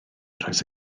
rhoes